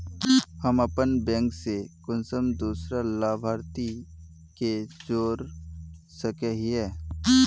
हम अपन बैंक से कुंसम दूसरा लाभारती के जोड़ सके हिय?